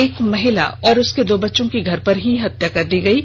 एक महिला और उसके दो बच्चों की घर में ही हत्या कर दी गई है